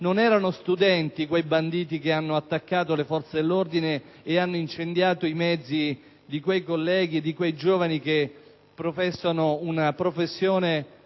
Non erano studenti quei banditi che hanno attaccato le forze dell'ordine e hanno incendiato i mezzi di quei colleghi, di quei giovani che svolgono la loro professione